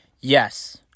Yes